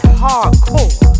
hardcore